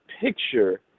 picture